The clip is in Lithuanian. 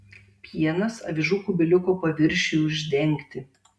pienas avižų kubiliuko paviršiui uždengti